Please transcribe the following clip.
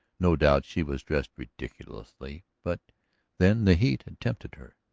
no doubt she was dressed ridiculously, but then the heat had tempted her.